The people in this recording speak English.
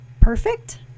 perfect